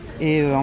et